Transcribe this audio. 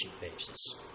basis